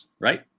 right